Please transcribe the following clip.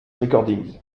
recordings